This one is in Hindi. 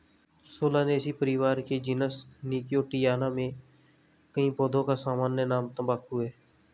सोलानेसी परिवार के जीनस निकोटियाना में कई पौधों का सामान्य नाम तंबाकू है